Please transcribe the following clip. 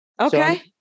Okay